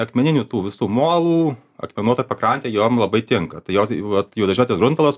akmeninių tų visų molų akmenuota pakrantė jom labai tinka tai jos vat juodažiotis gruntalas